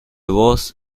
voz